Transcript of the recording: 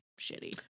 shitty